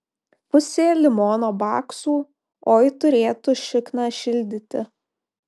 pusė limono baksų oi turėtų šikną šildyti